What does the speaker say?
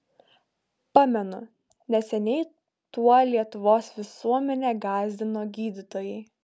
pamenu neseniai tuo lietuvos visuomenę gąsdino gydytojai